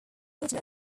within